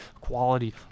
quality